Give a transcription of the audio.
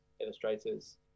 illustrators